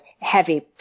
heavy